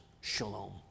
shalom